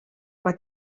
mae